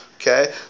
Okay